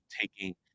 taking